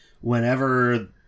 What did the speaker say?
whenever